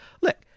Look